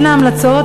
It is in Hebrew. בין ההמלצות,